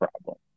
problem